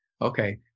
Okay